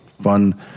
fun